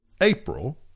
April